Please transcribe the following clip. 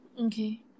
Okay